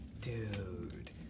Dude